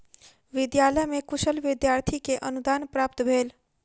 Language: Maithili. विद्यालय में कुशल विद्यार्थी के अनुदान प्राप्त भेल